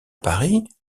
paris